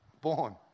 born